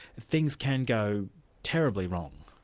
things can go terribly wrong?